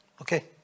okay